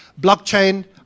Blockchain